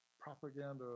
propaganda